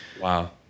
Wow